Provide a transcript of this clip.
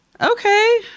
Okay